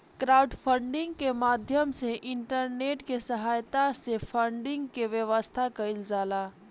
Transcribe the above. crowdfunding के माध्यम से इंटरनेट के सहायता से फंडिंग के व्यवस्था कईल जाला